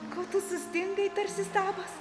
ko tu sustingai tarsi stabas